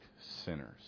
sinners